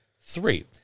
Three